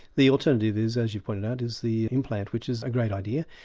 the alternative is, as you pointed out, is the implant which is a great idea.